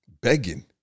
Begging